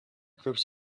groups